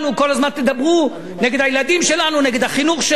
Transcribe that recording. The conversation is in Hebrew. כל הזמן תדברו נגד הילדים שלנו?